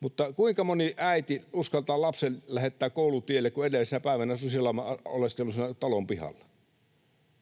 mutta kuinka moni äiti uskaltaa lapsen lähettää koulutielle, kun edellisenä päivänä susilauma on oleskellut siinä talon pihalla?